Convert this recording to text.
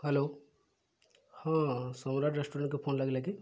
hello ହଁ ସମ୍ରାଟ ରେଷ୍ଟୁରାଣ୍ଟକୁ phone ଲାଗିଲା କି